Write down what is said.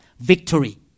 victory